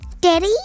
Daddy